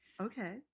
okay